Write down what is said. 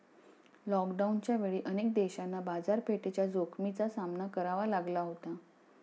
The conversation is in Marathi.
लॉकडाऊनच्या वेळी अनेक देशांना बाजारपेठेच्या जोखमीचा सामना करावा लागला होता